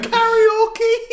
Karaoke